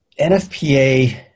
NFPA